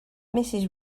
mrs